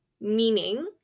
meaning